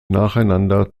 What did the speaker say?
nacheinander